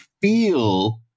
feel